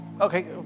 Okay